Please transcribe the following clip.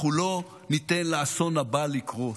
אנחנו לא ניתן לאסון הבא לקרות.